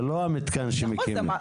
זה לא המיתקן שמקימים.